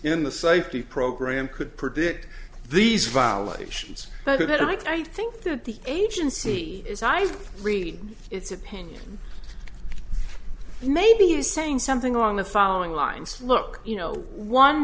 in the safety program could predict these violations but i think that the agency is i've read its opinion maybe you saying something along the following lines look you know one